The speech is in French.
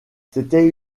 c’était